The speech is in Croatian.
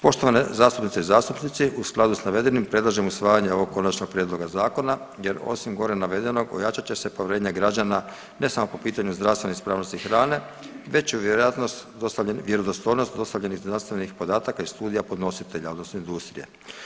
Poštovane zastupnice i zastupnici, u skladu s navedenim predlažem usvajanje ovog Konačnog prijedloga zakona jer osim gore navedenog, ojačat će se povjerenje građana, ne samo po pitanju zdravstvene ispravnosti hrane već je vjerojatnost, vjerodostojnost dostavljenih znanstvenih podataka i studija podnositelja, odnosno industrije.